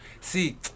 see